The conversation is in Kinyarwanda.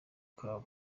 kabo